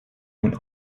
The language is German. nun